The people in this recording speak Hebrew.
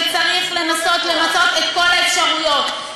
וצריך לנסות למצות את כל האפשרויות,